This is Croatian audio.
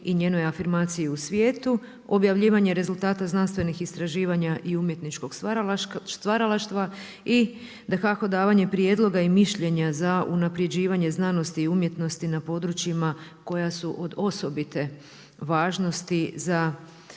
i njenoj afirmaciji u svijetu, objavljivanje rezultata znanstvenih istraživanja i umjetničkog stvaralaštva i dakako davanje prijedloga i mišljenja za unaprjeđivanje znanosti i umjetnosti na područjima koja su od osobite važnosti za